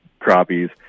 crappies